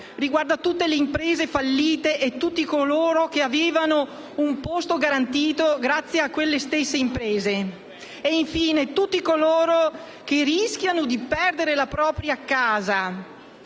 riguarda tutte le imprese fallite e tutti coloro che avevano un posto garantito grazie a quelle stesse imprese. E, infine, riguarda tutti coloro che rischiano di perdere la propria casa.